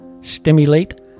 stimulate